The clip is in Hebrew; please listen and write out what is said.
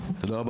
תודה,